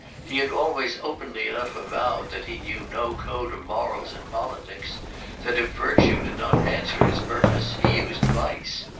he had always openly enough avowed that he knew no code of morals in politics that if virtue did not answer his purpose he used vice.